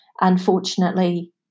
unfortunately